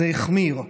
זה החמיר.